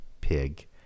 pig